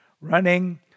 running